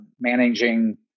managing